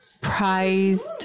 prized